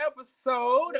episode